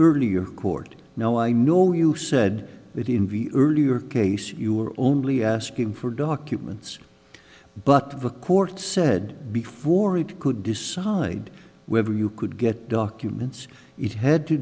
earlier court know i know you said that in view earlier case you were only asking for documents but the court said before it could decide whether you could get documents it had to